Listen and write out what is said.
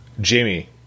jamie